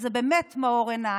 זה באמת מאור עיניים.